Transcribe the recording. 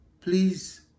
please